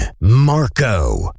Marco